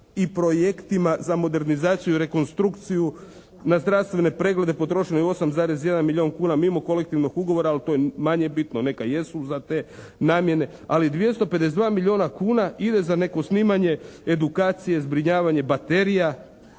i projektima za modernizaciju i rekonstrukciju. Na zdravstvene preglede potrošeno je 8,1 milijun kuna mimo kolektivnog ugovora ali to je manje bitno. Neka jesu za te namjene ali 252 milijuna kuna ide za neko snimanje, edukacije, zbrinjavanje baterija,